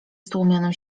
stłumionym